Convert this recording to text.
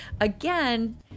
again